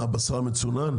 מה בשר מצונן?